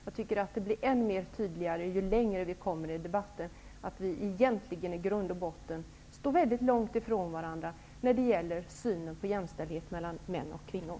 Jag tycker att det blir än mer tydligt ju längre vi kommer i debatten att vi i grund och botten står långt ifrån varandra när det gäller synen på jämställdheten mellan män och kvinnor.